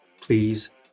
Please